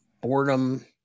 boredom